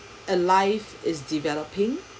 a life is developing